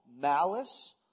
malice